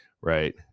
right